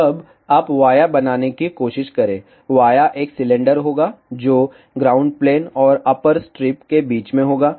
अबआप via बनाने की कोशिश करें वाया एक सिलेंडर होगा जो ग्राउंड प्लेन और अप्पर स्ट्रिप के बीच में होगा